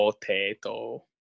Potato